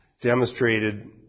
demonstrated